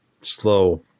slow